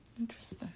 Interesting